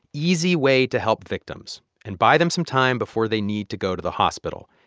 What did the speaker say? easy way to help victims and buy them some time before they need to go to the hospital.